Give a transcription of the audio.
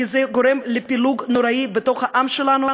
כי זה גורם לפילוג נוראי בתוך העם שלנו.